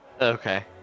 Okay